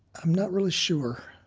i'm not really sure.